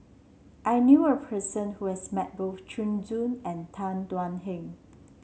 I knew a person who has met both Zhu and Tan Thuan Heng